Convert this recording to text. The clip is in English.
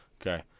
Okay